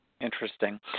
Interesting